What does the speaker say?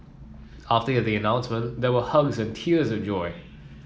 after the announcement there were hugs and tears of joy